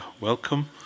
welcome